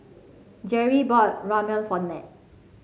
Jerri bought Ramyeon for Nat